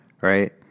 right